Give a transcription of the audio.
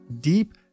deep